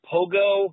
Pogo